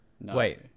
Wait